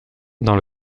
dans